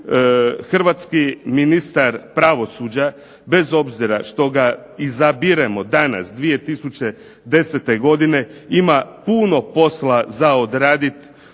Hrvatski ministar pravosuđa, bez obzira što ga izabiremo danas 2010. godine, ima puno posla za odradit